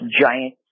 giant